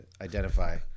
identify